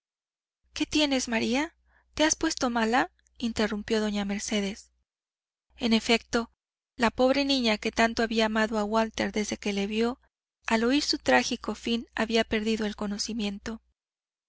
qué tienes maría te has puesto mala interrumpió doña mercedes en efecto la pobre niña que tanto había amado a walter desde que le vio al oír su trágico fin había perdido el conocimiento